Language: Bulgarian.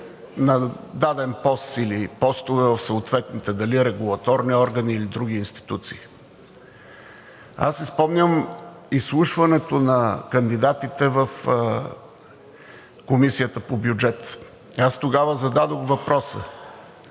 на даден пост или постове в съответните дали регулаторни органи, или други институции. Аз си спомням изслушването на кандидатите в Комисията по бюджет. Аз тогава зададох въпроса: